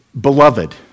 Beloved